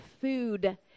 food